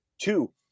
Two